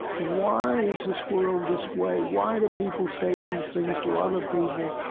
why is this world this way? why do people say these things to other people?